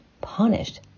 punished